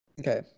Okay